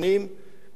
כל פעם מסתכל,